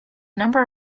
number